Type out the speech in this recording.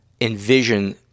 envision